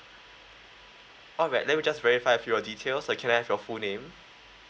alright let me just verify a few of your details so can I have your full name